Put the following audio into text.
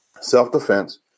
self-defense